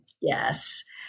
Yes